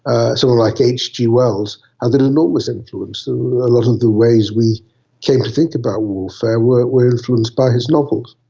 ah so like hg wells had an enormous influence. so a lot of the ways we came to think about warfare were were influenced by his novels.